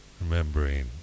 remembering